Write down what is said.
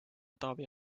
taavi